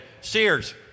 Sears